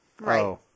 Right